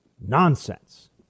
nonsense